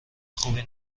خوبی